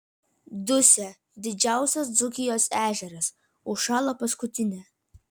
dusia didžiausias dzūkijos ežeras užšalo paskutinė